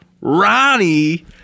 Ronnie